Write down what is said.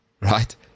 right